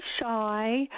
shy